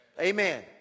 Amen